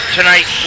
Tonight